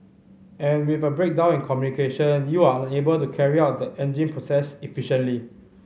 and with a breakdown in communication you are unable to carry out the engine process efficiently